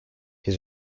his